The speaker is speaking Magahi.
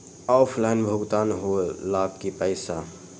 ऑफलाइन भुगतान हो ला कि पईसा?